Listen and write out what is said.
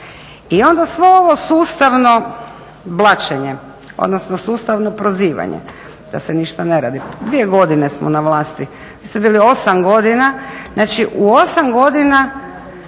I onda svo ovo sustavno blaćenje, odnosno sustavno prozivanje da se ništa ne radi. Dvije godine smo na vlasti. Vi ste bili 8 godina, znači u 8 godina